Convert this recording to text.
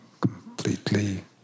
completely